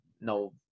no